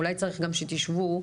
אולי צריך גם שתשבו,